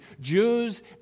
Jews